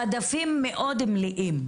המדפים מאוד מלאים.